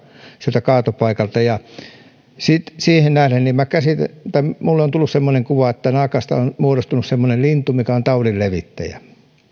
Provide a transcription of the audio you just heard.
sieltä kaatopaikalta siihen nähden minulle on tullut semmoinen kuva että naakasta on muodostunut semmoinen lintu mikä on taudinlevittäjä